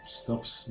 stops